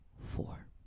four